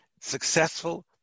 successful